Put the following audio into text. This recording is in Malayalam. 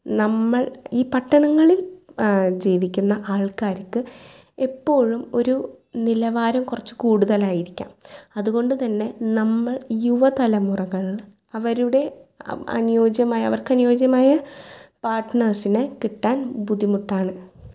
നമ്മൾ ഈ പട്ടണങ്ങളിൽ ജീവിക്കുന്ന ആൾക്കാർക്ക് എപ്പോഴും ഒരു നിലവാരം കുറച്ച് കൂട്തലാരിക്കാം അത് കൊണ്ട് തന്നെ നമ്മൾ യുവതലമുറകൾ അവരുടെ അനുയോജ്യമായ അവർക്കനുയോജ്യമായ പാട്ട്നേഴ്സിനെ കിട്ടാൻ ബുദ്ധിമുട്ടാണ്